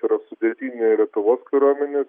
yra sudėtinė lietuvos kariuomenės